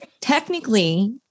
technically